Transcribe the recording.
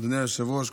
אדוני היושב-ראש.